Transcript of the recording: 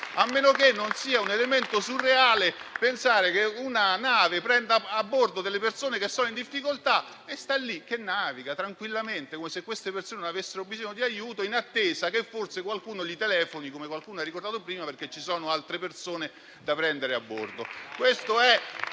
a meno che non sia un elemento surreale pensare che una nave prenda a bordo delle persone che sono in difficoltà e stia lì a navigare tranquillamente come se queste persone non avessero bisogno di aiuto, in attesa che forse qualcuno telefoni, come qualcuno ha ricordato prima, perché ci sono altre persone da prendere a bordo.